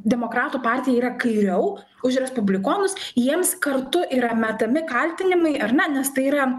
demokratų partija yra kairiau už respublikonus jiems kartu yra metami kaltinimai ar ne nes tai yra